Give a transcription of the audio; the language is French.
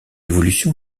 évolution